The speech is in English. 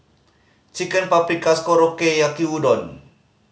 Chicken Paprikas Korokke Yaki Udon